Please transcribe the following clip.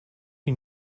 you